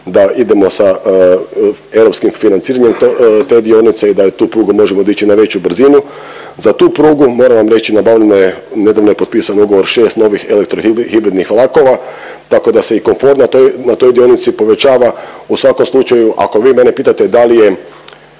da idemo sa europskim financiranjem te dionice i da tu prugu možemo dići na veću brzinu. Za tu prugu, moram vam reći, nabavljeno je, nedavno je potpisan ugovor 6 novih elektrohibridnih vlakova, tako da se i komfor na toj, na toj dionici povećava. U svakom slučaju ako vi mene pitate da li je